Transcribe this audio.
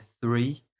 three